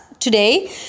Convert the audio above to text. Today